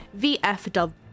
VFW